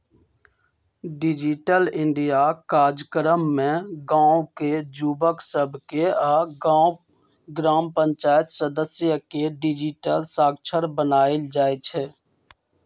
digital India काजक्रम में गाम के जुवक सभके आऽ ग्राम पञ्चाइत सदस्य के डिजिटल साक्षर बनाएल जाइ छइ